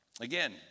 Again